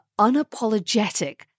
unapologetic